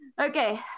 okay